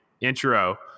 intro